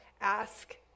Ask